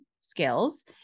skills